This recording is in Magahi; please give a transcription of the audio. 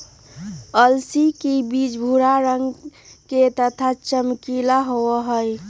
अलसी के बीज भूरा रंग के तथा चमकीला होबा हई